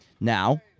Now